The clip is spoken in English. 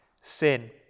sin